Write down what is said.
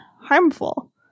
harmful